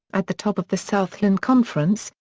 at the top of the southland conference,